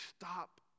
stop